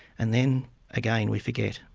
and then again, we forget.